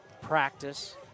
practice